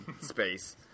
space